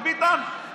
של ביטן,